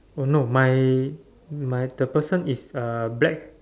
oh no my my the person is uh black